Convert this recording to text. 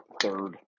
third